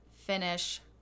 finish